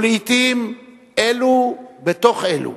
ולעתים אלו בתוך אלו,